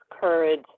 courage